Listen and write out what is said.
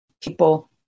people